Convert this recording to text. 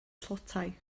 tlotai